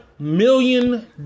million